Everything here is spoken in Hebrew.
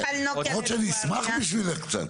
לפחות שאני אשמח בשבילך קצת.